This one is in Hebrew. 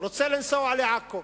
רוצה לנסוע לעכו,